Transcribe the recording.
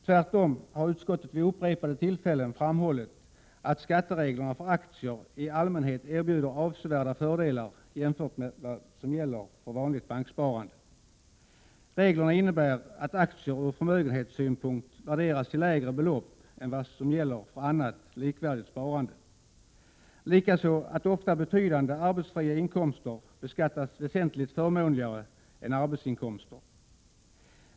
Tvärtom har utskottet vid upprepade tillfällen framhållit att skattereglerna för aktier i allmänhet erbjuder avsevärda fördelar jämfört med vad som gäller för vanligt banksparande. Reglerna innebär att aktier ur förmögenhetssynpunkt värderas till lägre belopp än vad som gäller för annat likvärdigt sparande. Likaså beskattas ofta betydande arbetsfria inkomster väsentligt förmånligare än arbetsinkomster.